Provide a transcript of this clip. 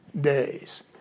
Days